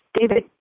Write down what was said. David